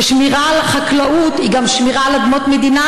ששמירה על החקלאות היא גם שמירה על אדמות מדינה